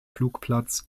flugplatz